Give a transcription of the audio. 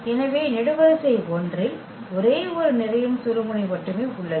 எனவே நெடுவரிசை எண் 1 இல் ஒரே ஒரு நிரையின் சுழுமுனை மட்டுமே உள்ளது